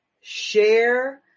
share